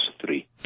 three